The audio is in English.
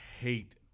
hate